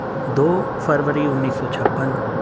دو فروری انیس سو چھپن